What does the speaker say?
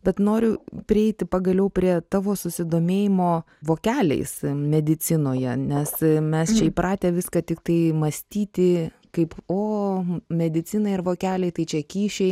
bet noriu prieiti pagaliau prie tavo susidomėjimo vokeliais medicinoje nes mes čia įpratę viską tiktai mąstyti kaip o medicina ir vokeliai tai čia kyšiai